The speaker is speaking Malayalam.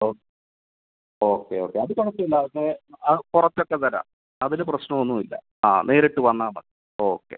ഓ ഓക്കേ ഓക്കേ അതു കുഴപ്പമില്ല അതൊക്കെ ആ കുറച്ചൊക്കെ തരാം അതിൽ പ്രശ്നം ഒന്നും ഇല്ല ആ നേരിട്ട് വന്നാൽമതി ഓക്കേ